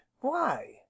why